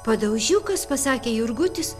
padaužiukas pasakė jurgutis